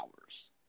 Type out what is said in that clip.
hours